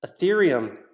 Ethereum